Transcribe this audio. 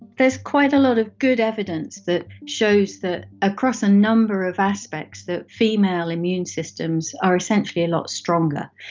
there's quite a lot of good evidence that shows that across a number of aspects, the female immune systems are essentially a lot stronger.